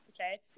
Okay